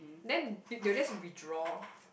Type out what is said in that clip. then th~ they'll just withdraw